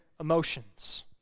emotions